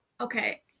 Okay